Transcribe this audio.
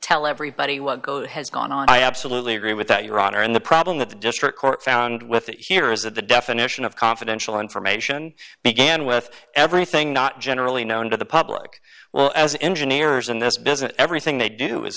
tell everybody what has gone on i absolutely agree with that your honor and the problem that the district court found with it here is that the definition of confidential information began with everything not generally known to the public well as engineers in this business everything they do is